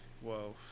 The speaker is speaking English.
Whoa